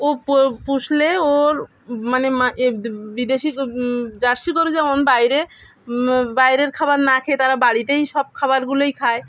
ও প পুষলে ওর মানে বিদেশি জার্সি করেও যেমন বাইরে বাইরের খাবার না খেয়ে তারা বাড়িতেই সব খাবারগুলোই খায়